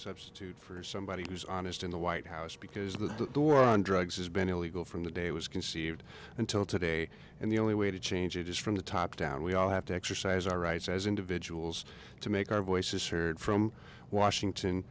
substitute for somebody who's honest in the white house because the war on drugs has been illegal from the day it was conceived until today and the only way to change it is from the top down we all have to exercise our rights as individuals to make our voices heard from washington